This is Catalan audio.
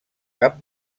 cap